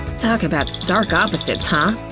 talk about stark opposites, huh?